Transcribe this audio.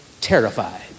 terrified